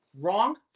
wrong